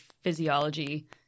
physiology